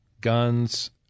guns –